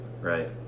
right